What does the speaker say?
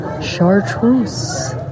chartreuse